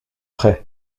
pré